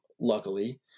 luckily